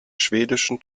schwedischen